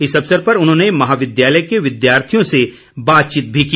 इस अवसर पर उन्होंने महाविद्यालय के विद्यार्थियों से भी बातचीत की